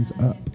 up